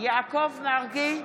יעקב מרגי,